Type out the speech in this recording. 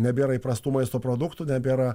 nebėra įprastų maisto produktų nebėra